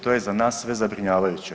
To je za nas sve zabrinjavajuće.